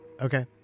Okay